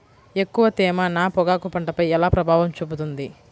ఎక్కువ తేమ నా పొగాకు పంటపై ఎలా ప్రభావం చూపుతుంది?